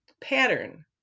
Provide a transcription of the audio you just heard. pattern